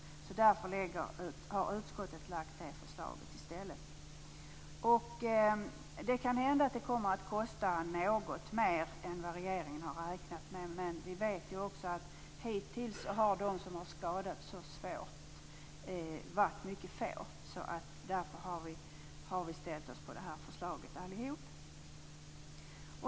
Utskottet har därför lagt fram förslag härom i stället. Det kan hända att det kommer att kosta något mer än vad regeringen har räknat med. Hittills har dock mycket få skadats svårt, och vi har därför alla ställt oss bakom detta förslag.